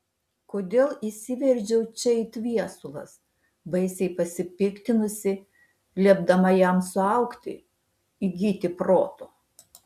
kodėl įsiveržiau čia it viesulas baisiai pasipiktinusi liepdama jam suaugti įgyti proto